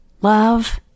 love